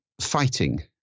fighting